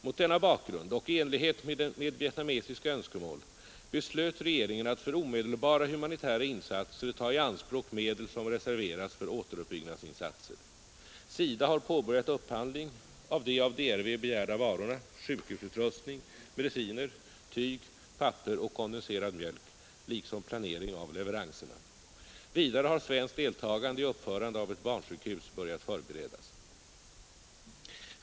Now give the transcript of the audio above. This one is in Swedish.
Mot denna bakgrund och i enlighet med vietnamesiska önskemål beslöt regeringen att för omedelbara humanitära insatser ta i anspråk medel som reserverats för återuppbyggnadsinsatser. SIDA har påbörjat upphandling av de av DRV begärda varorna — sjukhusutrustning, mediciner, tyg, papper och kondenserad mjölk — liksom planering av leveranserna. Vidare har svenskt deltagande i uppförande av ett barnsjukhus börjat förberedas.